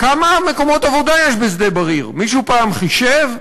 כמה מקומות עבודה יש בשדה-בריר, מישהו פעם חישב?